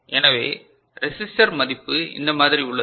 எனவே ரெசிஸ்டர் மதிப்பு இந்த மாதிரி உள்ளது